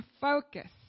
Focus